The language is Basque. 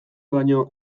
baino